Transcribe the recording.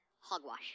Hogwash